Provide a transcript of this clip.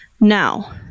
Now